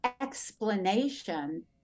explanation